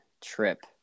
trip